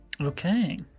Okay